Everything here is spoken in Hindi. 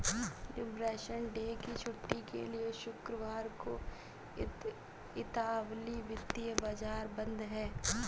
लिबरेशन डे की छुट्टी के लिए शुक्रवार को इतालवी वित्तीय बाजार बंद हैं